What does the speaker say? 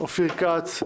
אופיר כץ,